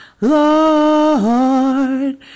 Lord